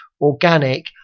organic